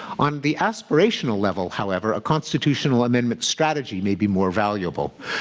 on the aspirational level, however, a constitutional amendment strategy may be more valuable,